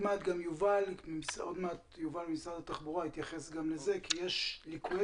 עוד מעט יובל ממשרד התחבורה יתייחס לזה כי יש ליקויי